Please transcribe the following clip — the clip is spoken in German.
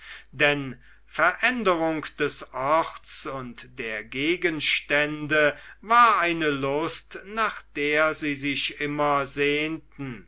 denn veränderung des orts und der gegenstände war eine lust nach der sie sich immer sehnten